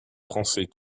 français